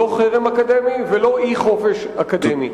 לא חרם אקדמי ולא דיכוי החופש האקדמי.